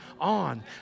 on